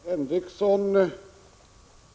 Herr talman!